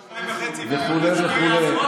וכו' וכו'.